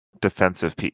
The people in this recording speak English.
defensive